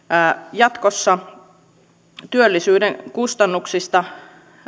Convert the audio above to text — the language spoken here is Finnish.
jatkossa työllisyyden kustannuksista